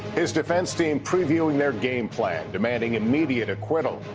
his defense team previewing their game plan demanding immediate acquittal.